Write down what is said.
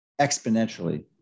exponentially